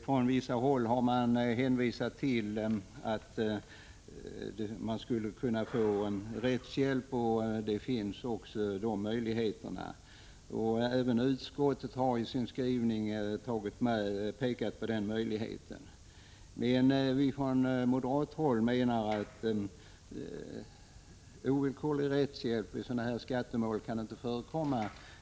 Från vissa håll har hänvisats till att man skulle kunna få rättshjälp. Det finns också möjlighet till detta, något som även utskottet pekat på i sin skrivning. Men vi från moderat håll menar att ovillkorlig rättshjälp i sådana här skattemål inte kan förekomma.